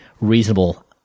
reasonable